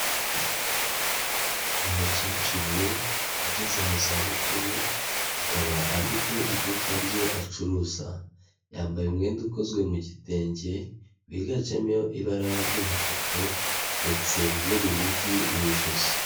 Umukecuru ugeze mu za bukuru akaba afite iduka rye acuruza yambaye umwenda ukozwe mu gitenge wiganjemo ibara ry'umutuku ndetse n'urunigi mu ijosi.